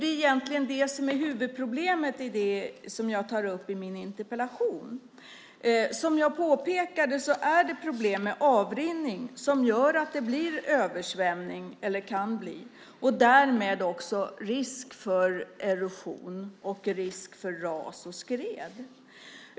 Det är egentligen det som är huvudproblemet som jag tar upp i min interpellation. Som jag påpekade är det problem med avrinning som gör att det kan bli översvämning och därmed risk för erosion och risk för ras och skred.